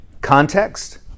context